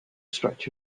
stretch